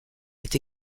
est